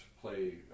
play